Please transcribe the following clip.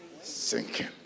sinking